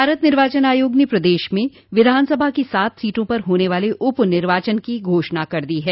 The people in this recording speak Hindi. भारत निर्वाचन आयोग ने प्रदेश में विधानसभा की सात सीटों पर होने वाले उप निर्वाचन की घोषणा कर दी है